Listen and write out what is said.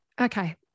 okay